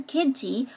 Kitty